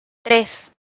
tres